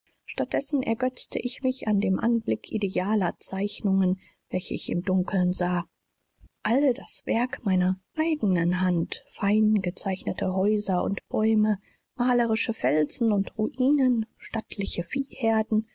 dessen ergötzte ich mich an dem anblick idealer zeichnungen welche ich im dunkeln sah alle das werk meiner eigenen hand fein gezeichnete häuser und bäume malerische felsen und ruinen stattliche viehherden